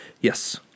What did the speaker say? Yes